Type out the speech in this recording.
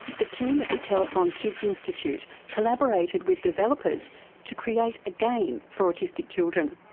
the team at the telethon kids institute collaborated with developers to create a game for autistic children.